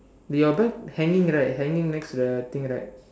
do your bag hanging right hanging next to the thing right